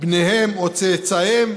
בניהם או צאצאיהם,